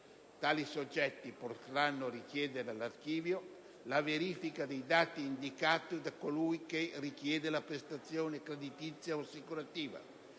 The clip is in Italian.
Tali soggetti potranno richiedere all'archivio la verifica dei dati indicati da colui che richiede la prestazione creditizia o assicurativa.